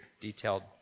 detailed